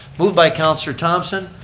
moved by councilor thomson,